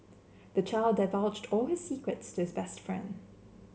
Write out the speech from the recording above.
the child divulged all his secrets to his best friend